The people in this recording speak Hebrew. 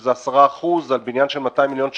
שזה 10% על בניין של 200 מיליון שקל.